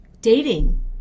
dating